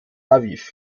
aviv